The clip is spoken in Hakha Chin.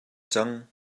cang